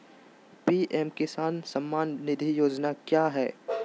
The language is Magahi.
पी.एम किसान सम्मान निधि योजना क्या है?